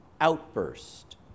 outburst